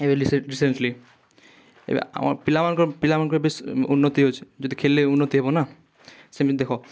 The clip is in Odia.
ଏବେ ରିସେଣ୍ଟଲି ଏବେ ଆମର ଆମର ପିଲାମାନଙ୍କର ପିଲାମାନଙ୍କର ବେଶୀ ଉନ୍ନତି ହେଉଛି ଯଦି ଖେଳିଲେ ଉନ୍ନତି ହବ ନା ସେମିତି ଦେଖ